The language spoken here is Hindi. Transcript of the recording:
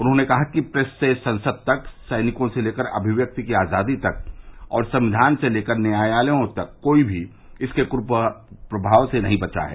उन्होंने कहा कि प्रेस से लेकर संसद तक सैनिकों से लेकर अभिव्यक्ति की आज़ादी तक और संविधान से लेकर न्यायालयों तक कोई भी इसके कुप्रभावों से नहीं बचा है